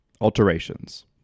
alterations